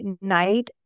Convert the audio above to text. night